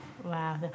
Wow